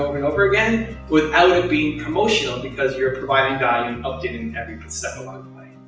over over again, without it being promotional, because you're providing value in updating every step along the way.